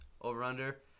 over-under